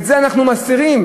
את זה אנחנו מסתירים.